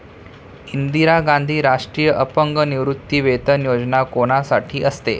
इंदिरा गांधी राष्ट्रीय अपंग निवृत्तीवेतन योजना कोणासाठी असते?